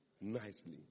nicely